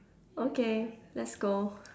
okay let's go